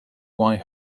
why